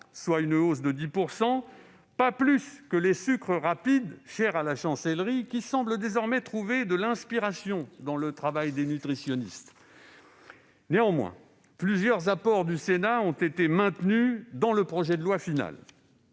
2020, ne suffit pas, pas plus que les « sucres rapides » chers à la Chancellerie, laquelle semble désormais trouver de l'inspiration dans le travail des nutritionnistes ... Néanmoins, plusieurs apports du Sénat ont été maintenus dans le projet de loi final.